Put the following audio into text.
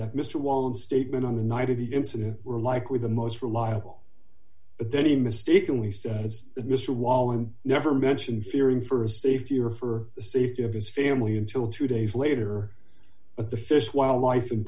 that mr walton statement on the night of the incident were likely the most reliable but then he mistakenly says that mr waller never mentioned fearing for his safety or for the safety of his family until two days later at the st wildlife